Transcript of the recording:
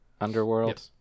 underworld